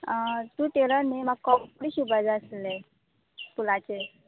आ तूं टेलर न्ही म्हाका कोपडे शिंवपा जाय आसलले स्कुलाचे